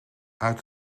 uit